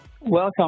Welcome